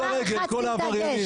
בגין מתהפך בקברו.